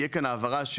תהיה כאן העברה,